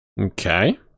Okay